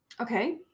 Okay